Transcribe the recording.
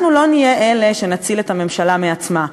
אנחנו לא נהיה אלה שיצילו את הממשלה מעצמה.